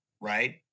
right